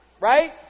right